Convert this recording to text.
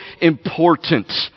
important